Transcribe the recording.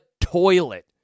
toilet